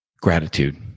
Gratitude